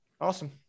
awesome